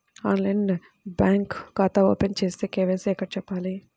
ఆన్లైన్లో బ్యాంకు ఖాతా ఓపెన్ చేస్తే, కే.వై.సి ఎక్కడ చెప్పాలి?